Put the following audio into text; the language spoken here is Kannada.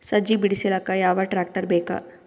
ಸಜ್ಜಿ ಬಿಡಿಸಿಲಕ ಯಾವ ಟ್ರಾಕ್ಟರ್ ಬೇಕ?